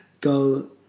go